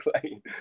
playing